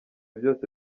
byose